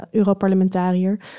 Europarlementariër